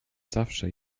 zawsze